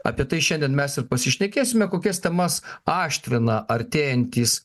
apie tai šiandien mes ir pasišnekėsime kokias temas aštrina artėjantys